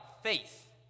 faith